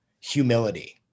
humility